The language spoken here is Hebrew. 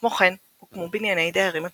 כמו כן, הוקמו בנייני דיירים עצומים,